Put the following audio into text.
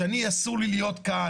שאני אסור לי להיות כאן?